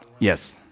Yes